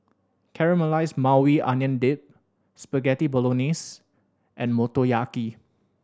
Caramelized Maui Onion Dip Spaghetti Bolognese and Motoyaki